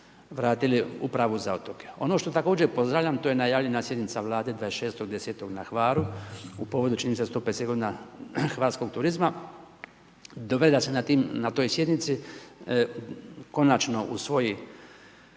vratili upravu za otoke. Ono što također pozdravljam, to je najavljena sjednica vlade 26.10 na Hvaru, u povodu, čini se 150 g. hrvatskog turizma. Događa se na toj sjednici konačno u svoj,